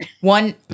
One